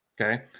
okay